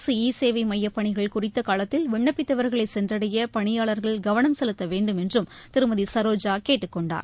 அரசு ஈ சேவை மையப்பணிகள் குறித்த காலத்தில் விண்ணப்பித்தவர்களை சென்றடைய பணியாளர்கள் கவனம் செலுத்த வேண்டும் என்றும் திருமதி சரோஜா கேட்டுக்கொண்டார்